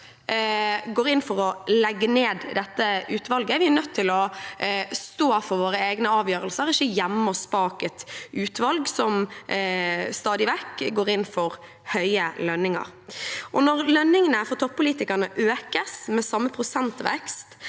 Vi er nødt til å stå for våre egne avgjørelser, ikke gjemme oss bak et utvalg som stadig vekk går inn for høye lønninger. Når lønningene for toppolitikerne økes med samme prosentvekst